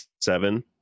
seven